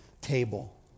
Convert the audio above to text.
table